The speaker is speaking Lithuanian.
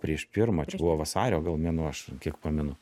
prieš pirmą čia buvo vasario mėnuo aš kiek pamenu